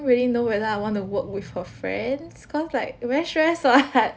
really know whether I want to work with her friends cause like very stress ah hard